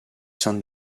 saintes